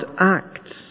acts